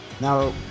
Now